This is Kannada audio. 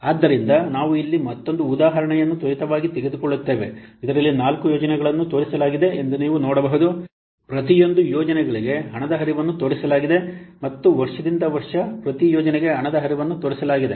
ಆದ್ದರಿಂದ ನಾವು ಇಲ್ಲಿ ಮತ್ತೊಂದು ಉದಾಹರಣೆಯನ್ನು ತ್ವರಿತವಾಗಿ ತೆಗೆದುಕೊಳ್ಳುತ್ತೇವೆ ಇದರಲ್ಲಿ ನಾಲ್ಕು ಯೋಜನೆಗಳನ್ನು ತೋರಿಸಲಾಗಿದೆ ಎಂದು ನೀವು ನೋಡಬಹುದು ಪ್ರತಿಯೊಂದು ಯೋಜನೆಗಳಿಗೆ ಹಣದ ಹರಿವನ್ನು ತೋರಿಸಲಾಗಿದೆ ಮತ್ತು ವರ್ಷದಿಂದ ವರ್ಷಕ್ಕೆ ಪ್ರತಿ ಯೋಜನೆಗೆ ಹಣದ ಹರಿವನ್ನು ತೋರಿಸಲಾಗಿದೆ